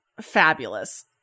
fabulous